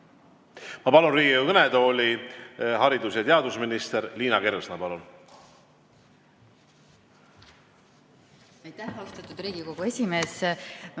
Ma palun Riigikogu kõnetooli haridus- ja teadusminister Liina Kersna. Palun!